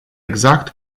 exact